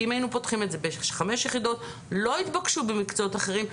כי אם היינו פותחים את זה בחמש יחידות - לא התבקשנו במקצועות אחרים.